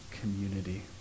community